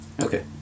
Okay